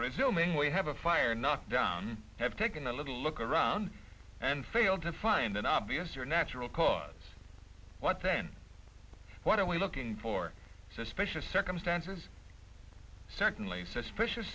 presuming we have a fire knocked down have taken a little look around and failed to find an obvious or natural cause what then what are we looking for suspicious circumstances certainly suspicious